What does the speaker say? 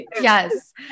Yes